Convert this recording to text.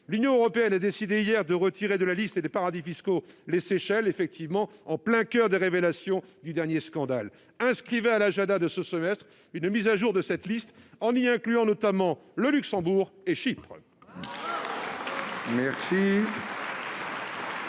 L'Union européenne a décidé hier de retirer de la liste des paradis fiscaux les Seychelles, en plein coeur des révélations du dernier scandale. Inscrivez à l'agenda de ce semestre une mise à jour de cette liste en y incluant notamment le Luxembourg et Chypre.